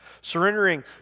Surrendering